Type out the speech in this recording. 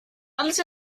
alles